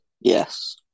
Yes